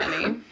funny